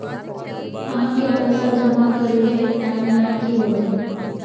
आहाँ के पैसा जमा करे ले टाइम लाइन की होते?